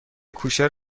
کوشر